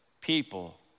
people